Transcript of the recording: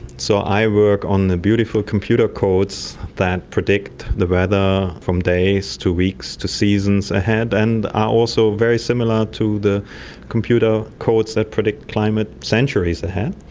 so i work on the beautiful computer codes that predict the weather from days to weeks to seasons ahead, and are also very similar to the computer codes that predict climate centuries ahead.